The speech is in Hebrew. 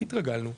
כי התרגלנו,